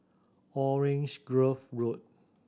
Orange Grove Road